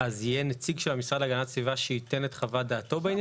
אז יהיה נציג של המשרד להגנת הסביבה שייתן את חוות דעתו בעניין?